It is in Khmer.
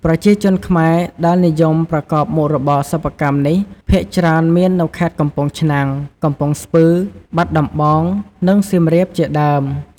ប្រជាជនខ្មែរដែលនិយមប្រកបមុខរបរសិប្បកម្មនេះភាគច្រើនមាននៅខេត្តកំពង់ឆ្នាំង កំពង់ស្ពឺ បាត់ដំបងនិងសៀមរាបជាដើម។